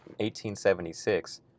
1876